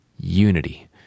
unity